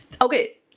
Okay